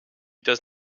does